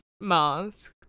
mask